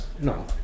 No